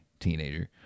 teenager